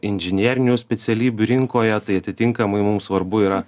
inžinerinių specialybių rinkoje tai atitinkamai mum svarbu yra